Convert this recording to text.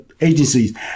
agencies